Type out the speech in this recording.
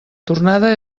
tornada